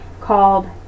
called